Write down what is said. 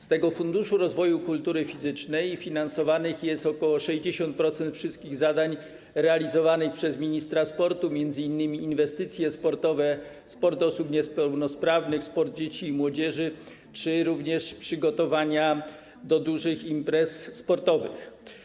Z tego Funduszu Rozwoju Kultury Fizycznej finansowanych jest ok. 60% wszystkich zadań realizowanych przez ministra sportu, m.in. inwestycje sportowe, sport osób niepełnosprawnych, sport dzieci i młodzieży czy również przygotowania do dużych imprez sportowych.